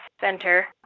Center